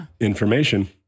information